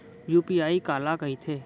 UPI काला कहिथे?